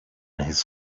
his